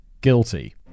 guilty